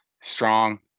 strong